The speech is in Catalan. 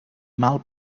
mal